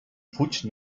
fuig